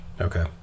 Okay